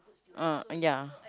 ah ya